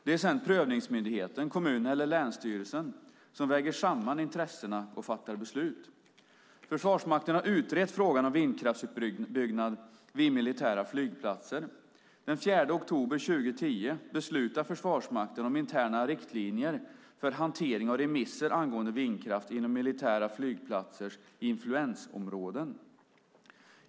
Det är sedan prövningsmyndigheten - kommunen eller länsstyrelsen - som väger samman intressena och fattar beslut. Försvarsmakten har utrett frågan om vindkraftsutbyggnad vid militära flygplatser. Den 4 oktober 2010 beslutade Försvarsmakten om interna riktlinjer för hantering av remisser angående vindkraft inom militära flygplatsers influensområden.